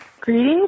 Greetings